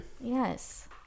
Yes